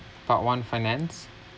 part one finance